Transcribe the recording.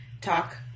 talk